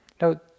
Now